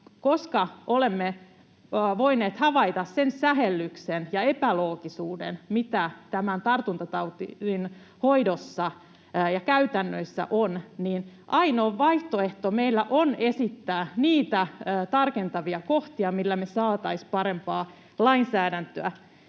Koska olemme voineet havaita sen sähellyksen ja epäloogisuuden, mitä tämän tartuntataudin hoidossa ja käytännöissä on, ainoa vaihtoehto meillä on esittää niitä tarkentavia kohtia, joilla me saataisiin parempaa lainsäädäntöä.